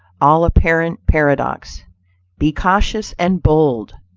all apparent paradox be cautious and bold.